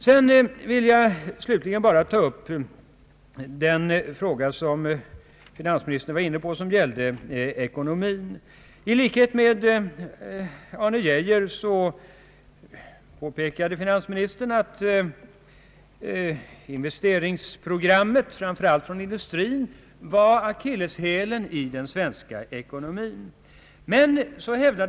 Slutligen vill jag ta upp en fråga som finansministern också var inne på, nämligen ekonomin. I likhet med herr Arne Geijer påpekade finansministern att investeringsprogrammet, framför allt för industrin, var akilleshälen i den svenska ekonomin.